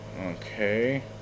Okay